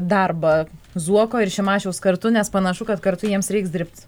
darbą zuoko ir šimašiaus kartu nes panašu kad kartu jiems reiks dirbt